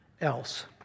else